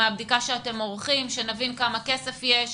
מהבדיקה שאתם עורכים כדי שנבין כמה כסף יש,